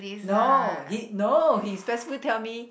no he no he especially tell me